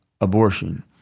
abortion